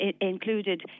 included